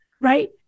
right